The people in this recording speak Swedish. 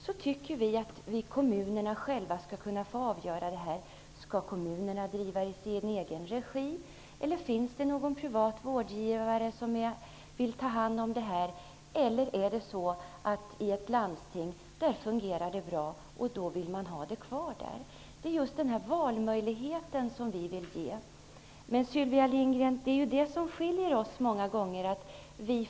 Vi tycker att kommunerna själva skall kunna få avgöra om de skall driva detta i egen regi, om en privat rådgivare skall ta hand om det eller om det skall få finnas kvar inom landstinget eftersom det fungerar bra där. Vi vill ge just den här valmöjligheten. Det är det som skiljer oss många gånger, Sylvia Lindgren.